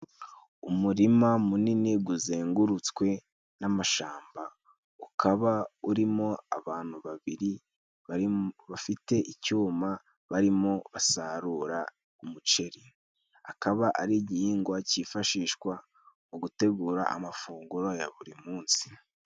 Umurima munini gmuzengurutswe n'amashyamba, ukaba urimo abantu babiri bafite icyuma, barimo basarura umuceri, ukaba ari igihingwa cyifashishwa mu gutegura amafunguro ya buri munsi.